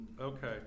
Okay